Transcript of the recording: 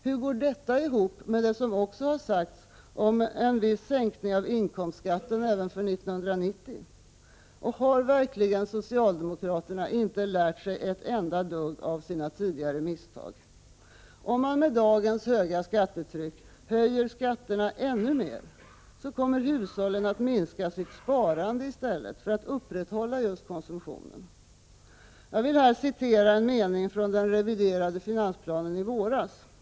Hur går det ihop med det som också har sagts om en viss sänkning av inkomstskatten även för 1990? Och har verkligen socialdemokraterna inte lärt sig ett dugg av sina tidigare misstag? Om man med dagens höga skattetryck höjer skatterna ännu mer, kommer hushållen i stället att minska sitt sparande, just för att upprätthålla konsumtionen. Jag vill citera en mening från den reviderade finansplanen i våras.